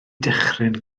dychryn